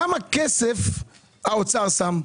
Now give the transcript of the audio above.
כמה כסף האוצר שם?